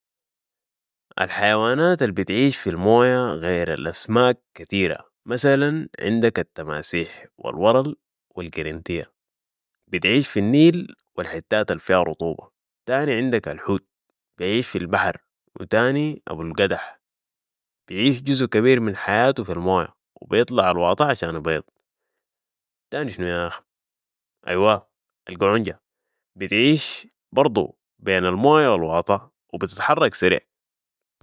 الحيوانات البتعيش في الموية غير الأسماك كتيرة مسلا عندك التماسيح والورل والقنرنتيه بتعيش في النيل والحتات الفيا رطوبة تاني عندك الحوت بعيش في البحر و تاني ابوالقدح بيعيش جزء كبير من حياته في الموية و بيطلع في الواالحيوانات البتعيش في الموية غير الأسماك كتيرة. مثلا عندك التماسيح والورل والقنرنتيه ، بتعيش في النيل والحتات الفيا رطوبة تاني ، عندك الحوت بعيش في البحر و تاني ابوالقدح بيعيش جزء كبير من حياته في الموية و بيطلع في الواطة عشان يبيض. تاني شنو ياخ ، ايوا القعونجه بتعيش برضو بين الموية و الواطة وبتتحرك سريعطة عشان يبي تاني شنو يا ايوا القعونجه بتعيش برضو بين الموية و الواطة وبتتحرك سريع